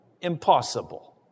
Impossible